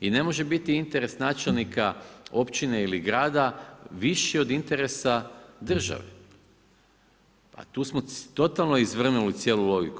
I ne može biti interes načelnika općine ili grada viši od interesa države, pa tu smo totalno izvrnuli cijelu logiku.